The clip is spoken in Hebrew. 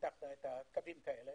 שתמתחנה קווים כאלה